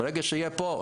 ברגע שיהיה פה,